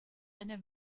eine